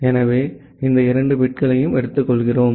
எனவே இந்த இரண்டு பிட்களையும் எடுத்துக்கொள்கிறோம்